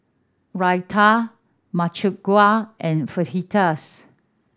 Raita Makchang Gui and Fajitas